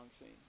scene